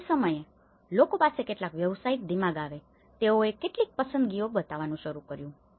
અને તે સમયે લોકો પાસે કેટલાક વ્યાવસાયિક દિમાગ આવે છે તેઓએ કેટલીક પસંદગીઓ બતાવવાનું શરૂ કર્યું